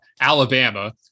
Alabama